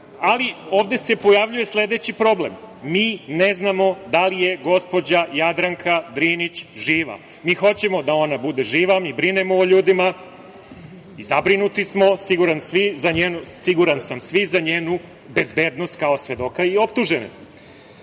ovde se pojavljuje sledeći problem – Mi ne znamo da li je gospođa Jadranka Drinić živa. Mi hoćemo da ona bude živa, mi brinemo o ljudima i zabrinuti smo, siguran sam svi, za njenu bezbednost kao svedoka i optužene